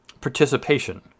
participation